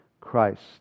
Christ